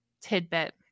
tidbit